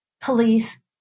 police